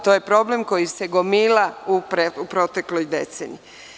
To je problem koji se gomila u protekloj deceniji.